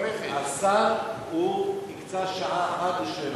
השר הקצה רק שעה אחת לשאלות,